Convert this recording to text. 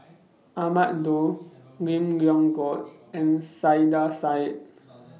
Ahmad Daud Lim Leong Geok and Saiedah Said